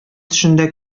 төшендә